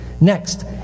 Next